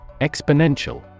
Exponential